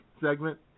segment